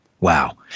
Wow